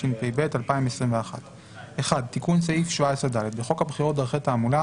התשפ"ב-2021 תיקון סעיף 17ד1. בחוק הבחירות (דרכי תעמולה),